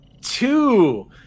Two